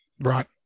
Right